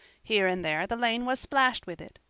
here and there the lane was splashed with it,